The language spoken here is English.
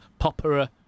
Popera